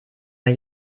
mir